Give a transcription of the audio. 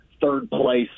third-place